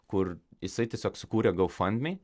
kur jisai tiesiog sukūrė goufandmi